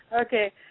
Okay